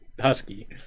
husky